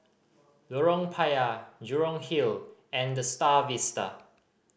Lorong Payah Jurong Hill and The Star Vista